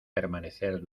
permanecer